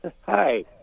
Hi